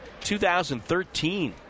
2013